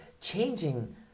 Changing